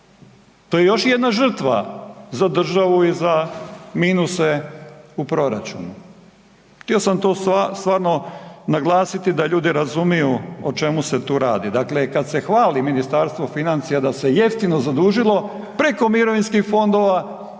To je još jedna žrtva za državu i za minuse u proračunu. Htio sam to stvarno naglasiti da ljudi razumiju o čemu se tu radi. Dakle, kad se hvali Ministarstvo financija da se jeftino zadužilo preko mirovinskih fondova